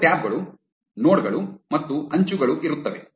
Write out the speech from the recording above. ಎರಡು ಟ್ಯಾಬ್ ಗಳು ನೋಡ್ ಗಳು ಮತ್ತು ಅಂಚುಗಳು ಇರುತ್ತವೆ